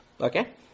okay